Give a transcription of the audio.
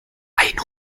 einen